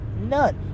none